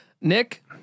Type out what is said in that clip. Nick